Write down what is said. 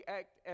act